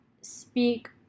speak